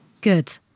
Good